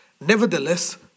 Nevertheless